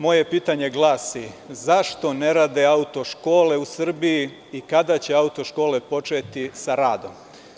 Moje pitanje glasi, zašto ne rade auto škole u Srbiji i kada će auto škole početi sa radom?